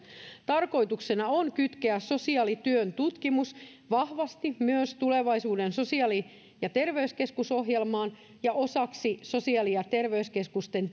tarkoituksena on kytkeä sosiaalityön tutkimus vahvasti myös tulevaisuuden sosiaali ja terveyskeskus ohjelmaan ja osaksi sosiaali ja terveyskeskusten